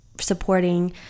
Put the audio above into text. supporting